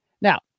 Now